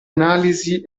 analisi